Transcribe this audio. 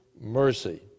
mercy